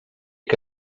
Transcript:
que